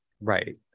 Right